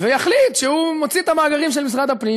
ויחליט שהוא מוציא את המאגרים של משרד הפנים,